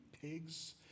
pigs